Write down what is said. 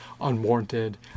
unwarranted